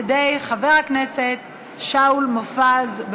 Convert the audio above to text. שתוצג על-ידי חבר הכנסת שאול מופז.